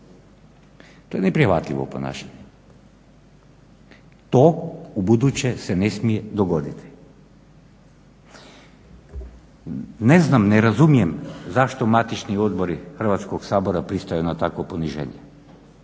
To je neprihvatljivo ponašanje. To u buduće se ne smije dogoditi. Ne znam, ne razumijem zašto matični odbori Hrvatskog sabora pristaju na takvo poniženje.